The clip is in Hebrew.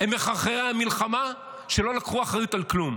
הם מחרחרי המלחמה שלא לקחו אחריות על כלום.